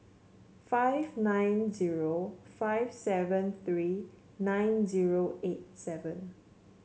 five nine zero five seven three nine zero eight seven